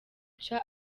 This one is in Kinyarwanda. cha